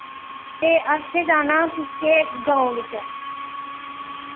ते असें जाना पिच्छें गाओं बिच